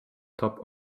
top